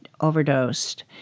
overdosed